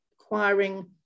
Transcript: acquiring